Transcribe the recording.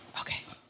Okay